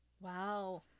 Wow